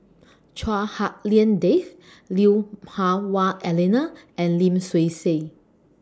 Chua Hak Lien Dave Lui Hah Wah Elena and Lim Swee Say